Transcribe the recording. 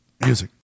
music